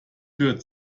hört